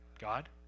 God